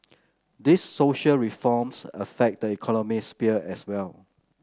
these social reforms affect the economic sphere as well